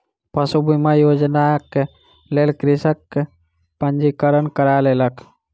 पशु बीमा योजनाक लेल कृषक पंजीकरण करा लेलक